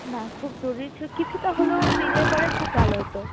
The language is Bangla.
না খুব জরুরি ছে কিছুটা হলেও দিলে পরে খুব ভালো হতো